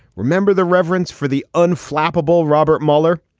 remember the reverence for the unflappable robert mueller.